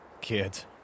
kids